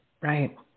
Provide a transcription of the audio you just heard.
right